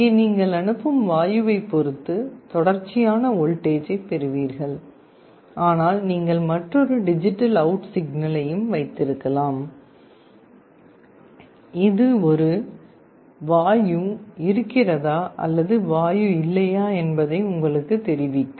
இங்கே நீங்கள் அனுப்பும் வாயுவைப் பொறுத்து தொடர்ச்சியான வோல்டேஜைப் பெறுவீர்கள் ஆனால் நீங்கள் மற்றொரு டிஜிட்டல் அவுட் சிக்னலையும் வைத்திருக்கலாம் இது ஒரு வாயு இருக்கிறதா அல்லது வாயு இல்லையா என்பதை உங்களுக்குத் தெரிவிக்கும்